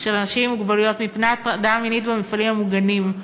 של אנשים עם מוגבלויות מפני הטרדה מינית במפעלים המוגנים,